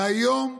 והיום,